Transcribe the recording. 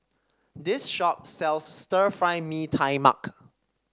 this shop sells Stir Fry Mee Tai Mak